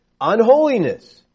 unholiness